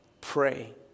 pray